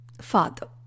father